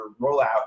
rollout